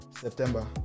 September